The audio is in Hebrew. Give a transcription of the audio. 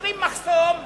מסירים מחסום,